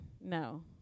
no